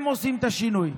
הם עושים את השינוי.